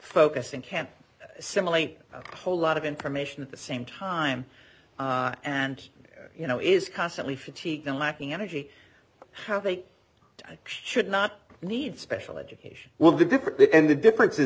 focus and can't simulate a whole lot of information at the same time and you know is constantly fatigued and lacking energy how they should not need special education will be different and the difference